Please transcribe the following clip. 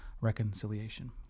reconciliation